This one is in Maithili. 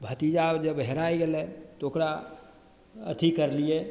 भतीजा जब हेराय गेलय तऽ ओकरा अथी करलियै